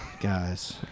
guys